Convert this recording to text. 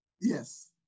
Yes